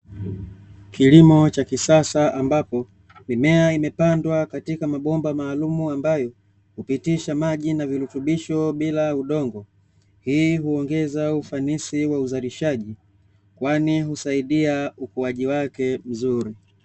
Kilimo cha kisasa ambapo ,mimea imepandwa katika mabomba maalumu ambayo, hupitisha maji na virutubisho bila udongo, hii huongeza ufanisi wa uzalishaji, kwani husaidia ukuaji wake vizuri.